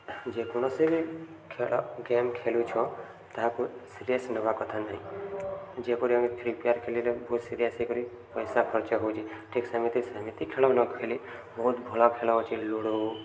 ଯେକୌଣସି ବି ଖେଳ ଗେମ୍ ଖେଳୁଛ ତାହାକୁ ସିରିୟସ୍ ନେବା କଥା ନାହିଁ ଯେପରି ଆମେ ଫ୍ରି ଫାୟାର୍ ଖେିଲିଲେ ବହୁତ ସିରିୟସ୍ ହୋଇକରି ପଇସା ଖର୍ଚ୍ଚ ହେଉଛି ଠିକ୍ ସେମିତି ସେମିତି ଖେଳ ନ ଖେଲି ବହୁତ ଭଲ ଖେଳ ଅଛି ଲୁଡ଼ୁ